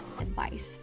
advice